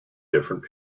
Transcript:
different